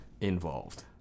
involved